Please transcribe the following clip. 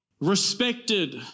respected